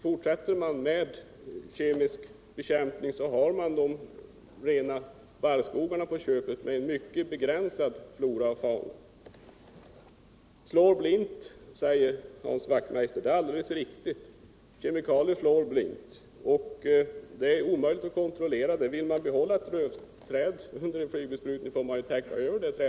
Fortsätter man med kemisk bekämpning får man de rena barrskogarna på köpet — med en mycket begränsad flora och fauna. ”Slår blint”, säger Hans Wachtmeister. Det är alldeles riktigt. Kemikalier slår blint och är omöliga att kontrollera. Vill man behålla ett lövträd efter en flygbesprutning får man täcka över det.